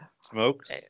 smokes